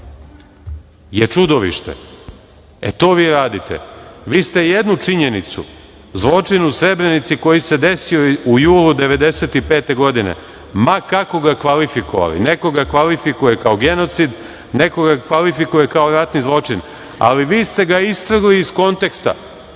je čudovište. To vi radite. Vi ste jednu činjenicu – zločin u Srebrenici koji se desio u julu 1995. godine, ma kako ga kvalifikovali, neko ga kvalifikuje kao genocid, neko ga kvalifikuje kao ratni zločin, ali vi ste ga istrgli iz konteksta. Vi